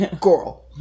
Girl